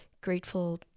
grateful